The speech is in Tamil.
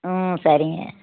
ம் சரிங்க